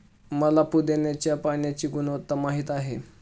मला पुदीन्याच्या पाण्याची गुणवत्ता माहित आहे